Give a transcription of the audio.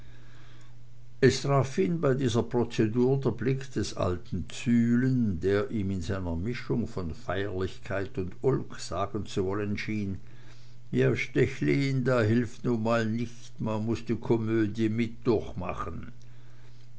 es traf ihn bei dieser prozedur der blick des alten zühlen der ihm in einer mischung von feierlichkeit und ulk sagen zu wollen schien ja stechlin das hilft nu mal nicht man muß die komödie mit durchmachen